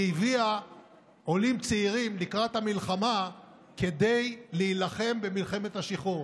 והיא הביאה עולים צעירים לקראת המלחמה כדי להילחם במלחמת השחרור.